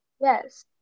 yes